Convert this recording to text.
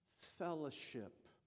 fellowship